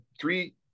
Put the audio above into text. three